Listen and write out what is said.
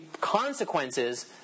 consequences